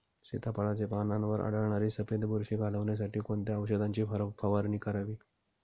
सीताफळाचे पानांवर आढळणारी सफेद बुरशी घालवण्यासाठी कोणत्या औषधांची फवारणी करावी?